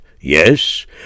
yes